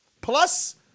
Plus